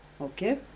okay